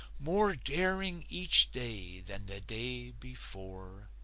more daring each day than the day before,